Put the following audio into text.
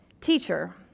Teacher